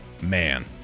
man